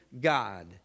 God